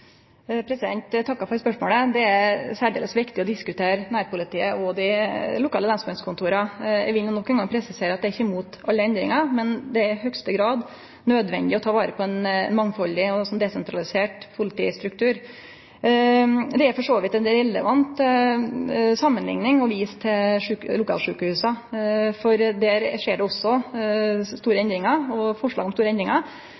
spørsmålet. Det er særdeles viktig å diskutere nærpolitiet og dei lokale lensmannskontora. Eg vil nok ein gong presisere at eg er ikkje imot alle endringar, men det er i høgste grad nødvendig å ta vare på ein mangfaldig og desentralisert politistruktur. Det er for så vidt ei relevant samanlikning å vise til lokalsjukehusa, for der er det forslag om store endringar.